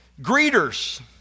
greeters